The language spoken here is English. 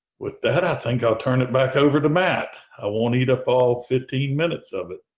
with that, i think i'll turn it back over to matt, i won't eat up all fifteen minutes of it.